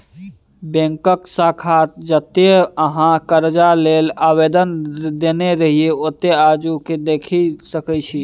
बैकक शाखा जतय अहाँ करजा लेल आवेदन देने रहिये ओतहु जा केँ देखि सकै छी